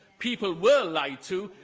people were lied to.